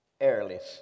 airless